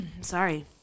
sorry